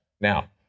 Now